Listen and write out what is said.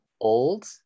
old